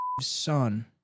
son